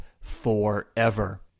forever